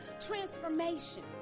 transformation